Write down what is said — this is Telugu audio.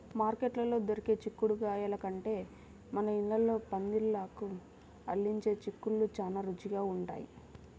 మార్కెట్లో దొరికే చిక్కుడుగాయల కంటే మన ఇళ్ళల్లో పందిళ్ళకు అల్లించే చిక్కుళ్ళు చానా రుచిగా ఉంటయ్